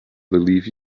believe